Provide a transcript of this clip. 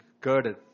girded